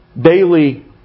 daily